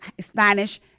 Spanish